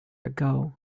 ago